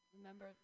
Remember